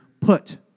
put